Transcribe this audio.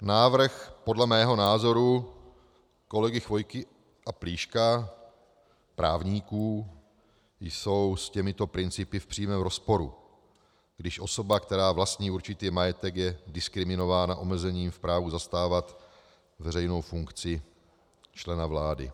Návrhy, podle mého názoru, kolegy Chvojky a Plíška, právníků, jsou s těmito principy v přímém rozporu, když osoba, která vlastní určitý majetek, je diskriminována omezením v právu zastávat veřejnou funkci člena vlády.